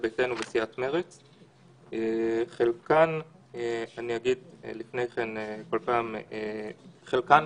הסתייגות מס' 1 בסעיף 2 לחוק יתווספו ההגדרות: "ישומון,